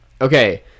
Okay